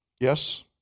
Yes